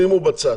שימו בצד.